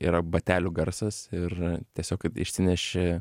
yra batelių garsas ir tiesiog kad išsineši